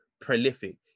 prolific